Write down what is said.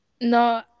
No